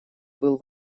был